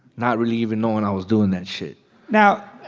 not really even knowing i was doing that shit now,